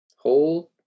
hold